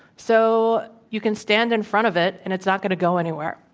so you can stand in front of it, and it's not going to go anywhere.